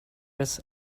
his